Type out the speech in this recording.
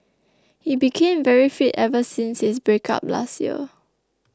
he became very fit ever since his breakup last year